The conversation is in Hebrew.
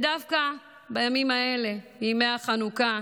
דווקא בימים האלה, ימי החנוכה,